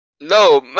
No